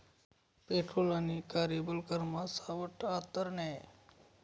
petrol आणि कार्यबल करमा सावठं आंतर नै